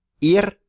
ir